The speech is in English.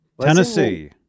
Tennessee